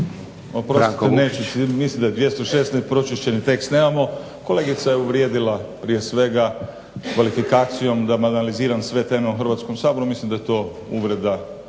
Branko Vukšić.